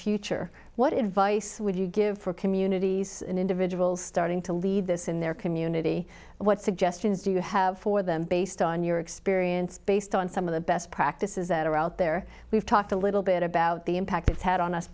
future what advice would you give for communities and individuals starting to lead this in their community what suggestions do you have for them based on your experience based on some of the best practices that are out there we've talked a little bit about the impact it's had on us